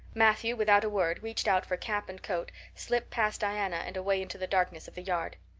matthew, without a word, reached out for cap and coat, slipped past diana and away into the darkness of the yard.